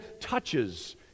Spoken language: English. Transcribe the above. touches